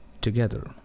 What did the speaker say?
together